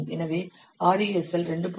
எனவே RESL 2